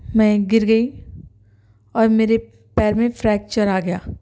میں گر گئی اور میرے پیر میں فریکچر آ گیا